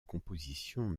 composition